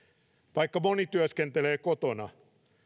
vaikka moni työskentelee kotona